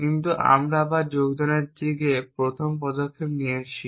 কিন্তু আমরা আবার যোগদানের দিকে প্রথম পদক্ষেপ নিয়েছি